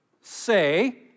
Say